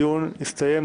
הדיון הסתיים.